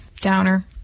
downer